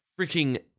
freaking